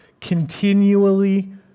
continually